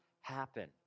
happen